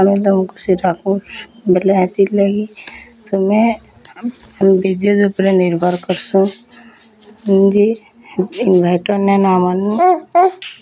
ଆମେ ତମ୍କୁ ସୁଝାବୁଁ ବେଲେ ହେତିର୍ ଲାଗି ତୁମେ ବିଦ୍ୟୁତ୍ ଉପ୍ରେ ନିର୍ଭର୍ କର୍ସୁଁ ଜି ଇନ୍ଭର୍ଟର୍ ନାଇଁ ନ ଆମର୍ ନେ